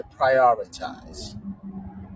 prioritize